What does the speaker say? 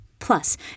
Plus